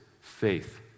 faith